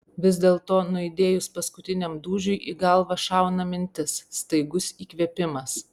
vis dėlto nuaidėjus paskutiniam dūžiui į galvą šauna mintis staigus įkvėpimas